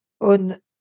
on